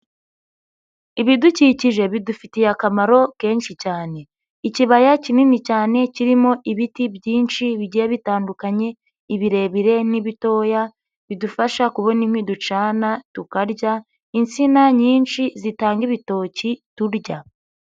Ibidukikije bidufitiye akamaro kenshi cyane. Ikibaya kinini cyane kirimo ibiti byinshi bigiye bitandukanye, ibirebire n'ibitoya bidufasha kubona inkwi ducana tukarya, insina nyinshi zitanga ibitoki turya.